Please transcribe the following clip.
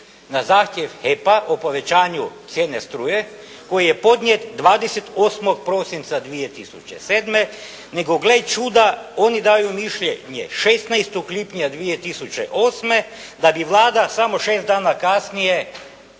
na zahtjev HEP-a o povećanju cijene struje koji je podnijet 28. prosinca 2007. nego gle čuda, oni daju mišljenje 16. lipnja 2008. da bi Vlada smo šest dana kasnije